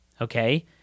okay